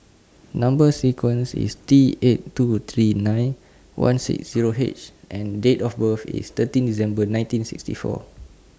Number sequence IS T eight two three nine one six Zero H and Date of birth IS thirteen December nineteen sixty four